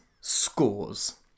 scores